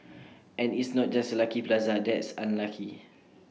and it's not just Lucky Plaza that's unlucky